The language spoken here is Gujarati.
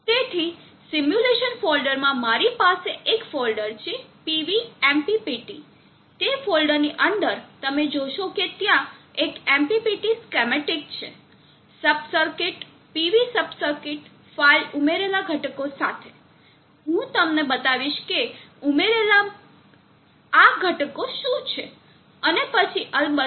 તેથી સિમ્યુલેશન ફોલ્ડરમાં મારી પાસે એક ફોલ્ડર છે PVMPPT તે ફોલ્ડરની અંદર તમે જોશો કે ત્યાં એક MPPT સ્કેમેટીક છે sub circuit PV sub circuit file ઉમેરેલા ઘટકો સાથે હું તમને બતાવીશ કે ઉમેરવામાં આવેલા ઘટકો શું છે અને પછી અલબત્ત mppt